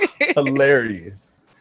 Hilarious